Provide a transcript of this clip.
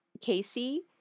Casey